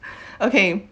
okay